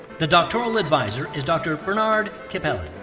the doctoral advisor is dr. bernard kippelen.